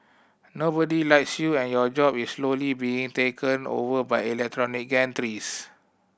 nobody likes you and your job is slowly being taken over by electronic gantries